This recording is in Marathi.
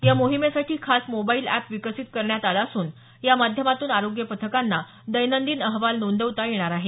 या मोहिमेसाठी खास मोबाईल एप विकसित करण्यात आलं असून या माध्यमातून आरोग्य पथकांना दैनंदिन अहवाल नोंदवता येणार आहे